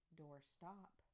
doorstop